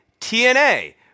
TNA